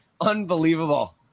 Unbelievable